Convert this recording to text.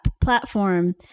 platform